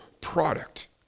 product